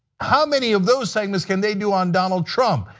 how many of those segments can they do on donald trump,